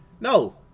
No